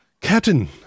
Captain